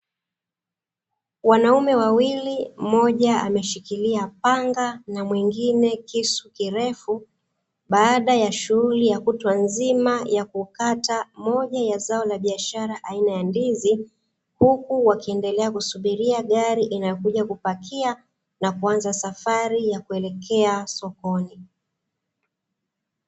Wanaume wawili mmoja ameshikilia panga na mwingine kisu kirefu, baada ya shughuli ya siku nzima ya kukata moja ya zao la biashara aina ya ndizi, huku wakiendelea kusubiria gari la kuja kubeba na kuanza safari ya kuelekea sokoni.